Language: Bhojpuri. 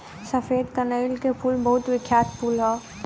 सफेद कनईल के फूल बहुत बिख्यात फूल ह